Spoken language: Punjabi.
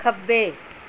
ਖੱਬੇ